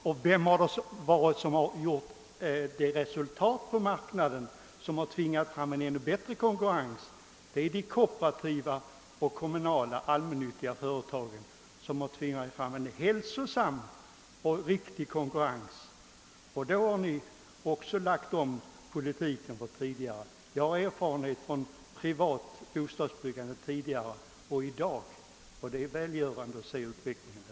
De som åstadkommit resultat på bostadsmarknaden är de kooperativa, kommunala och allmännyttiga företagen. De har tvingat fram en hälsosam och riktig konkurrens, och då har ni också lagt om politiken. Jag har erfarenhet från privat bostadsbyggande tidigare och i dag, och det är välgörande att se utvecklingen.